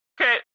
Okay